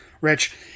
Rich